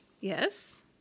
Yes